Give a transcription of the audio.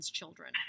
children